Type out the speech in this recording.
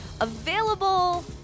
available